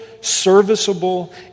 serviceable